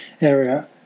area